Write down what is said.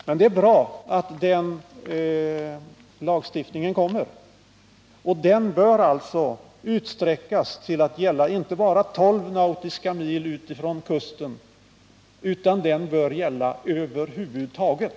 Men det är bra att lagstiftningen kommer, och den bör alltså utsträckas till att gälla inte bara 12 nautiska mil ut från kusten utan över huvud taget.